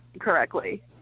correctly